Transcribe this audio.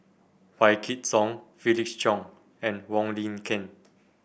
Wykidd Song Felix Cheong and Wong Lin Ken